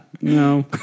No